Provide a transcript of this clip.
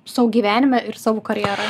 savo gyvenime ir savo karjeroj